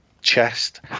chest